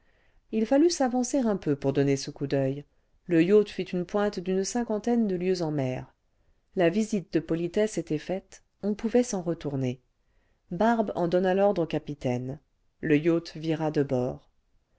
h fallut s'avancer un peu pour donner ce coup d'oeiî le yacht fit une pointe d'une cinquantaine de lieues en mer la visite je politesse était faite on pouvait s'en retourner barbe en donna l'ordre au capitaine le yacht vira de bord